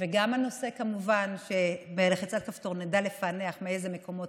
וגם הנושא כמובן שבלחיצת כפתור נדע לפענח מאיזה מקומות,